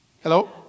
Hello